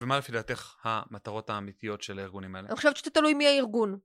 ומה לפי דעתך המטרות האמיתיות של הארגונים האלה? אני חושבת שזה תלוי מי הארגון.